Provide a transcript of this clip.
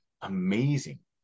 Amazing